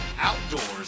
outdoors